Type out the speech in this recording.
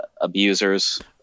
abusers